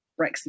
brexit